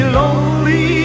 lonely